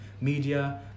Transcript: media